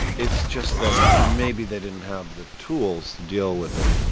it's just that maybe they didn't have the tools to deal with it